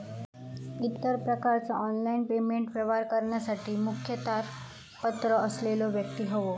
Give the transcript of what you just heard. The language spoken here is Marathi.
इतर प्रकारचा ऑनलाइन पेमेंट व्यवहार करण्यासाठी मुखत्यारपत्र असलेलो व्यक्ती होवो